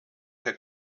herr